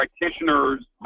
practitioner's